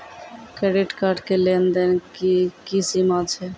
Credit card के लेन देन के की सीमा छै?